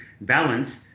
balance